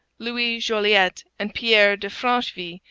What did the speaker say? louis jolliet and pierre de francheville,